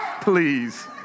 please